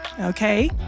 okay